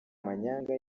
manyanga